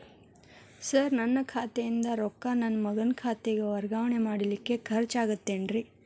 Sir ನನ್ನ ಖಾತೆಯಿಂದ ರೊಕ್ಕ ನನ್ನ ಮಗನ ಖಾತೆಗೆ ವರ್ಗಾವಣೆ ಮಾಡಲಿಕ್ಕೆ ಖರ್ಚ್ ಆಗುತ್ತೇನ್ರಿ?